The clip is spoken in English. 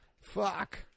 Fuck